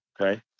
Okay